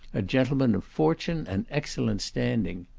a gentleman of fortune and excellent standing.